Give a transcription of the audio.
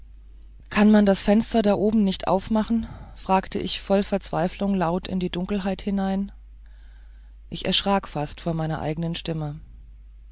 kann man denn das fenster da oben nicht aufmachen fragte ich voll verzweiflung laut in die dunkelheit hinein ich erschrak fast vor meiner eigenen stimme